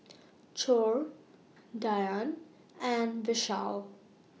Choor Dhyan and Vishal